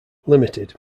limited